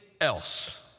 else